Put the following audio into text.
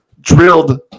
drilled